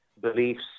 beliefs